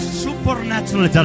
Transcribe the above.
supernatural